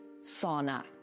sauna